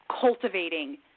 cultivating